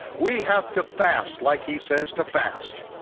we have to fast like he says to fast.